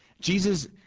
Jesus